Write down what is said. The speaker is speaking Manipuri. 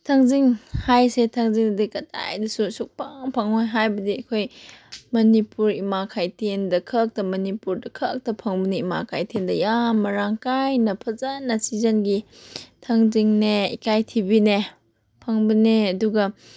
ꯊꯥꯡꯖꯤꯡ ꯍꯥꯏꯁꯦ ꯊꯥꯡꯖꯤꯡꯗꯤ ꯀꯗꯥꯏꯗꯁꯨ ꯁꯨꯡꯐꯪ ꯐꯪꯉꯣꯏ ꯍꯥꯏꯕꯗꯤ ꯑꯩꯈꯣꯏ ꯃꯅꯤꯄꯨꯔ ꯏꯃꯥ ꯀꯩꯊꯦꯜꯗꯈꯛꯇ ꯃꯅꯤꯄꯨꯔꯗ ꯈꯛꯇ ꯐꯪꯕꯅꯦ ꯏꯃꯥ ꯀꯩꯊꯦꯜꯗ ꯌꯥꯝ ꯃꯔꯥꯡ ꯀꯥꯏꯅ ꯐꯖꯅ ꯁꯤꯖꯟꯒꯤ ꯊꯥꯡꯖꯤꯡꯅꯦ ꯏꯀꯥꯏꯊꯕꯤꯅꯦ ꯐꯪꯕꯅꯦ ꯑꯗꯨꯒ